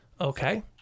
Okay